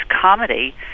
comedy